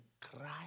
cry